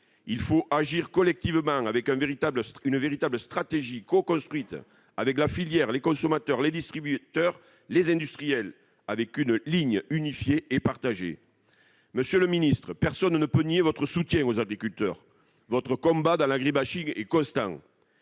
Il faut agir collectivement, selon une véritable stratégie coconstruite avec la filière, les consommateurs, les distributeurs et les industriels, en traçant une ligne unifiée et partagée. Monsieur le ministre, personne ne peut nier votre soutien aux agriculteurs : votre combat contre l'agri-bashing est constant.